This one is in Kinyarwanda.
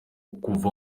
kuva